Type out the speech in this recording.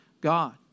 God